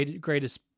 greatest